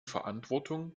verantwortung